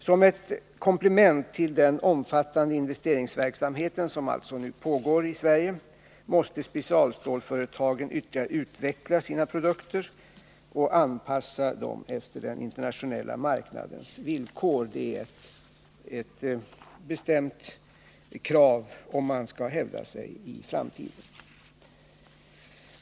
Som ett komplement till den omfattande investeringsverksamhet som f. n. pågår i Sverige måste specialstålsföretagen nu ytterligare utveckla sina produkter och anpassa dem efter den internationella marknadens villkor — det är ett bestämt krav som måste ställas om man skall kunna hävda sig i framtiden.